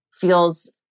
feels